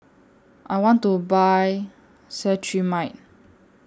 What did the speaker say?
I want to Buy Cetrimide